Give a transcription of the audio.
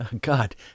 God